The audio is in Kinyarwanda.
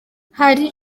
hari